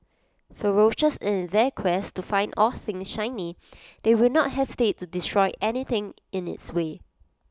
ferocious in their quest to find all things shiny they will not hesitate to destroy anything in its way